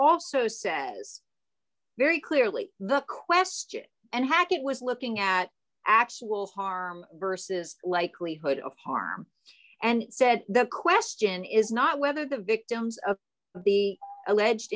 also says very clearly the question and hackett was looking at actual harm versus likelihood of harm and said the question is not whether the victims of the alleged